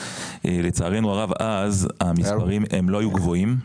לצערנו הרב אז המספרים הם לא היו גבוהים,